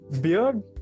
beard